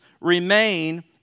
remain